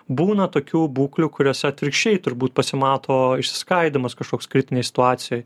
būna tokių būklių kuriose atvirkščiai turbūt pasimato išsiskaidymas kažkoks kritinėj situacijoj